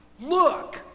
look